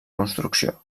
construcció